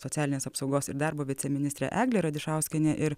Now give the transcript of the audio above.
socialinės apsaugos ir darbo viceministrė eglė radišauskienė ir